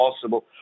possible